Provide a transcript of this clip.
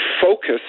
focus